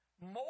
more